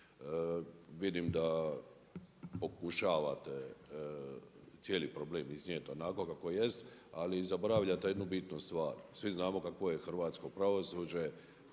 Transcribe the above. vidim da pokušavate cijeli problem iznijeti onako kako jest ali zaboravljate jednu bitnu stvar. Svi znamo kakvo je hrvatsko pravosuđe.